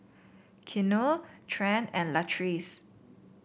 Keanu Trent and Latrice